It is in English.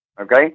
okay